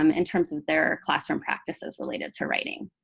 um in terms of their classroom practices related to writing.